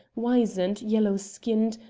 wizened, yellow-skinned,